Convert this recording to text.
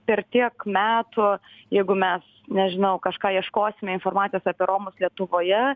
per tiek metų jeigu mes nežinau kažką ieškosime informacijos apie romus lietuvoje